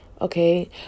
okay